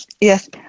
Yes